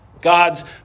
God's